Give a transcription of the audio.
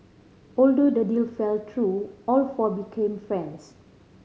although the deal fell through all four became friends